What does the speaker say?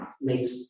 makes